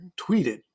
tweeted